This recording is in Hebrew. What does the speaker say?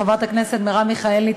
חברת הכנסת מרב מיכאלי,